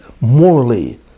morally